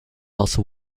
also